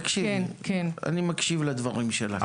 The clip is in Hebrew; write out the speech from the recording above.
אני מקשיב לדברים שלך.